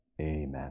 amen